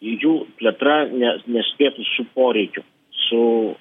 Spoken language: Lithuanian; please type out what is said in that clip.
jų plėtra ne nesptėų su poreikiu su